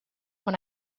when